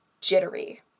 jittery